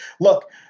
Look